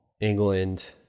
England